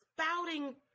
spouting